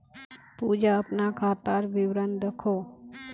पूजा अपना खातार विवरण दखोह